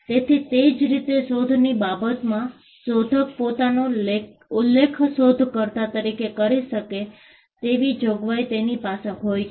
તેથી તે જ રીતે શોધની બાબતમાં શોધક પોતાનો ઉલ્લેખ શોધકર્તા તરીકે કરી શકે તેવી જોગવાઈ તેની પાસે હોય છે